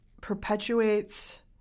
perpetuates